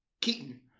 Keaton